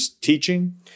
teaching